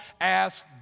ask